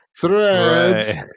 threads